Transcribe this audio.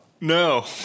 No